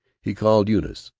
he called eunice.